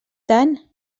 tant